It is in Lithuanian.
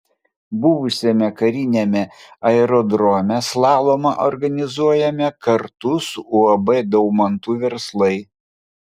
buvusiame kariniame aerodrome slalomą organizuojame kartu su uab daumantų verslai